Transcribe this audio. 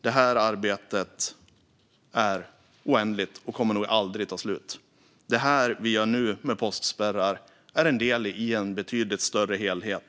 Detta arbete är oändligt och kommer aldrig att ta slut. Det vi nu gör med postspärrar är en del i en betydligt större helhet.